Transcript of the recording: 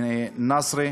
מנצרת,